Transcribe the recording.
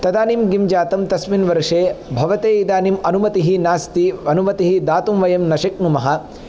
तदानीं किं जातं तस्मिन् वर्षे भवते इदानीम् अनुमतिः नास्ति अनुमतिः दातुं वयं न शक्नुमः